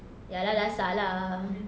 ya lah dah sah lah